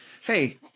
Hey